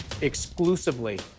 exclusively